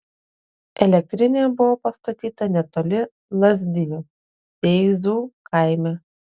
elektrinė buvo pastatyta netoli lazdijų teizų kaime